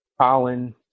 Colin